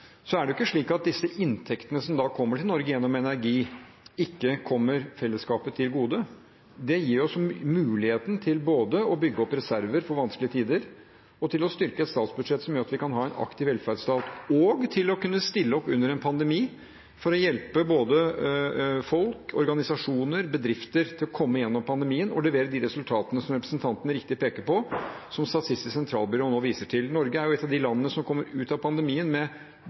Så er det ikke slik at disse inntektene som kommer til Norge gjennom energi, ikke kommer fellesskapet til gode. Det gir oss muligheten til både å bygge opp reserver for vanskelige tider, til å styrke et statsbudsjett som gjør at vi kan ha en aktiv velferdsstat, og til å kunne stille opp under en pandemi for å hjelpe både folk, organisasjoner og bedrifter til å komme gjennom pandemien og levere de resultatene som representanten riktig peker på, og som Statistisk sentralbyrå nå viser til. Norge er et av de landene som kommer ut av pandemien med